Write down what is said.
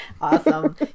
Awesome